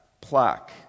plaque